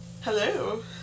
hello